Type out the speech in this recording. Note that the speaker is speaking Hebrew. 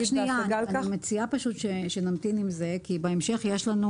אני מציעה שנמתין עם זה כי בהמשך יש לנו